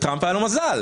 לטראמפ היה מזל,